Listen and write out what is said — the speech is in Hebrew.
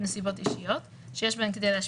אני יודעת,